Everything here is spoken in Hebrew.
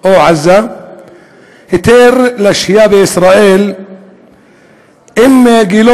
או עזה היתר שהייה בישראל אם גילו